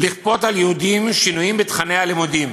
לכפות על יהודים שינויים בתוכני הלימודים?